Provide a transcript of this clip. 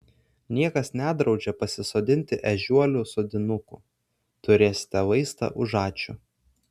niekas nedraudžia pasisodinti ežiuolių sodinukų turėsite vaistą už ačiū